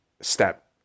step